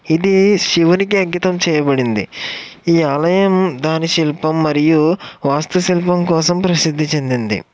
ఇది శివునికి అంకితం చేయబడింది ఈ ఆలయం దాని శిల్పం మరియు వాస్తు శిల్పం కోసం ప్రసిద్ధి చెందింది